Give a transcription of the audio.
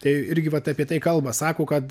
tai irgi vat apie tai kalba sako kad